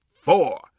four